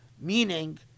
Meaning